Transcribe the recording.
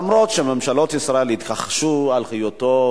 למרות שממשלות ישראל התכחשו להיותו